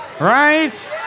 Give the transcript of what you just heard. Right